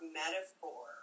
metaphor